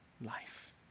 life